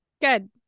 good